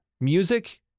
music